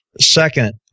second